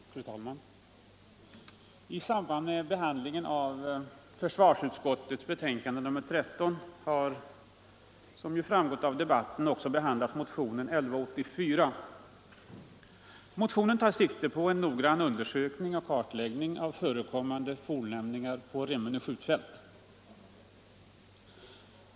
Fru talman! I samband med behandlingen av försvarsutskottets betänkande nr 13 har, som framgått av debatten, också behandlats motionen 1184. Den tar sikte på en noggrann undersökning och kartläggning av fornlämningar på Remmene skjutfält.